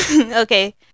Okay